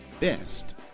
best